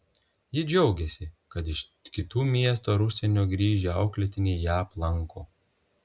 ji džiaugiasi kad iš kitų miestų ar užsienio grįžę auklėtiniai ją aplanko